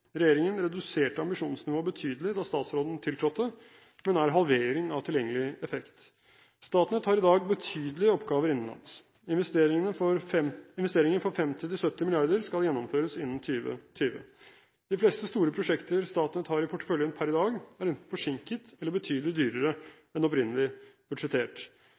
Regjeringen reduserte ambisjonsnivået betydelig da statsråden tiltrådte, med nær halvering av tilgjengelig effekt. Statnett har i dag betydelige oppgaver innenlands. Investeringer for 50–70 mrd. kr skal gjennomføres innen 2020. De fleste store prosjekter Statnett har i porteføljen per i dag, er enten forsinket eller betydelig dyrere enn opprinnelig budsjettert.